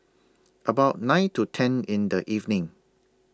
about nine to ten in The evening